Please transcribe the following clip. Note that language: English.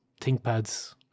thinkpads